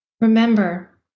Remember